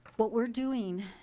what we're doing,